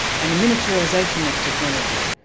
and a militarisation of technology.